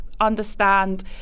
understand